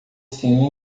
sino